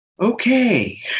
okay